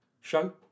show